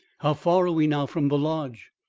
how far are we now from the lodge?